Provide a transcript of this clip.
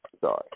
sorry